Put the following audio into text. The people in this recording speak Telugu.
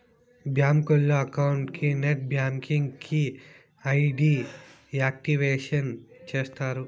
బ్యాంకులో అకౌంట్ కి నెట్ బ్యాంకింగ్ కి ఐ.డి యాక్టివేషన్ చేస్తారు